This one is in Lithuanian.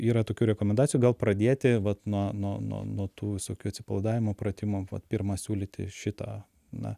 yra tokių rekomendacijų gal pradėti vat nuo nuo nuo nuo tų visokių atsipalaidavimo pratimų vat pirma siūlyti šitą na